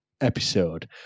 episode